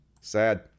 Sad